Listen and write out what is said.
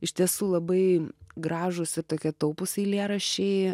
iš tiesų labai gražūs ir tokie taupūs eilėraščiai